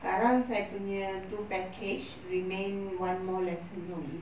sekarang saya punya itu package remain one more lessons only